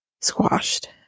squashed